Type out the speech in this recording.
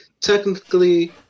technically